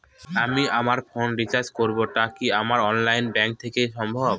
আমি আমার ফোন এ রিচার্জ করব টা কি আমার অনলাইন ব্যাংক থেকেই সম্ভব?